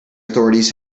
authorities